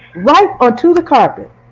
right onto the carpet,